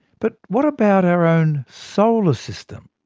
but what about our own solar system?